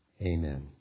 Amen